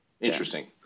interesting